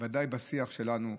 בוודאי בשיח שלנו.